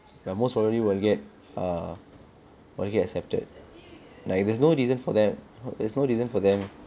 but most probably will get err will get accepted like there's no reason for them there's no reason for them